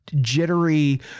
jittery